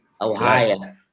Ohio